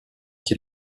qui